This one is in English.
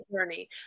journey